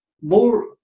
more